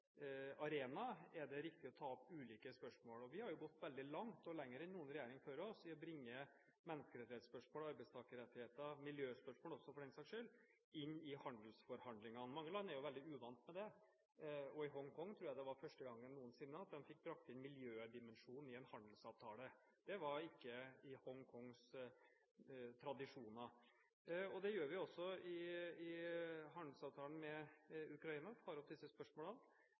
er det riktig å ta opp ulike spørsmål? Vi har jo gått veldig langt, og lenger enn noen regjering før oss, i å bringe menneskerettighetsspørsmål, arbeidstakerrettigheter – miljøspørsmål også, for den saks skyld – inn i handelsforhandlingene. Mange land er veldig uvant med det. I Hongkong tror jeg det var første gangen noensinne at de fikk brakt inn miljødimensjonen i en handelsavtale. Det var ikke i Hongkongs tradisjoner. Det gjør vi også i handelsavtalen med Ukraina, tar opp disse